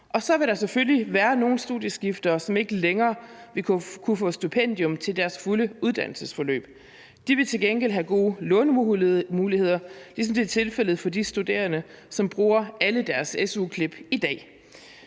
Så vil der selvfølgelig være nogle studieskiftere, som ikke længere vil kunne få stipendium til deres fulde uddannelsesforløb. De vil til gengæld have gode lånemuligheder, ligesom det er tilfældet for de studerende, som i dag bruger alle deres su-klip.